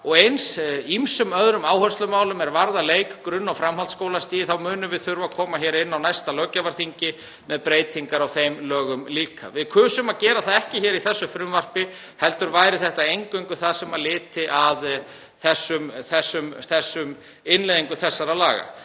og eins ýmsum öðrum áherslumálum er varða leik-, grunn- og framhaldsskólastigið, þá munum við þurfa að koma hingað inn á næsta löggjafarþingi með breytingar á þeim lögum líka. Við kusum að gera það ekki í þessu frumvarpi heldur myndi það eingöngu lúta að innleiðingu þessara laga.